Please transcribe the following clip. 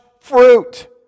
fruit